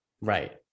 right